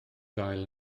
gael